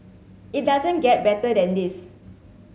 it doesn't get better than this